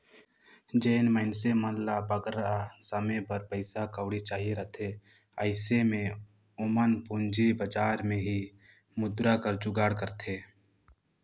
जेन मइनसे मन ल बगरा समे बर पइसा कउड़ी चाहिए रहथे अइसे में ओमन पूंजी बजार में ही मुद्रा कर जुगाड़ करथे